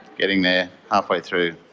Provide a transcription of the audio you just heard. getting there, half way through.